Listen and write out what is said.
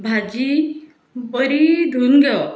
भाजी बरी धूवन घेवप